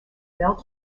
melt